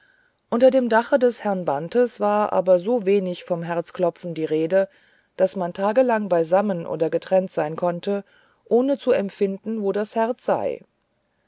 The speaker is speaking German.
unter dem dache des herrn bantes war aber so wenig vom herzklopfen die rede daß man tagelang beisammen oder getrennt sein konnte ohne zu empfinden wo das herz sei